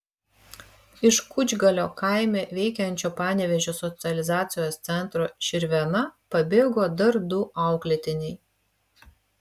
iš kučgalio kaime veikiančio panevėžio socializacijos centro širvėna pabėgo dar du auklėtiniai